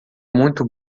muito